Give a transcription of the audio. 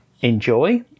enjoy